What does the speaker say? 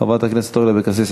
חברת הכנסת אורלי לוי אבקסיס,